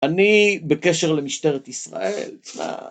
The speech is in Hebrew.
אני בקשר למשטרת ישראל.